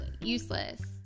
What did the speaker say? useless